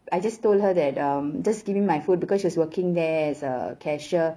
I just told her that um just give me my food because she was working there as a cashier